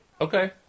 Okay